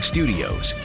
Studios